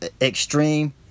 extreme